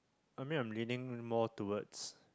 I mean I'm leaning more towards